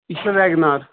یہِ چھا ویٚگنار